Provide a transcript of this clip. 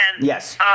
Yes